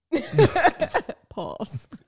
Pause